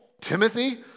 Timothy